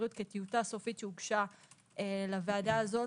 כטיוטה סופית שהוגשה לוועדה הזאת,